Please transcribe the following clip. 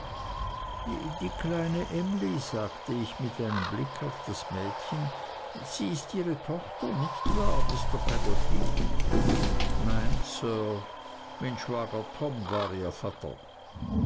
die kleine emly sagte ich mit einem blick auf das mädchen sie ist ihre tochter nicht wahr mr peggotty nein sir mien schwager tom war ihr